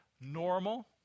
normal